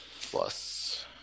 Plus